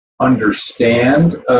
understand